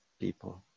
people